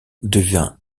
devient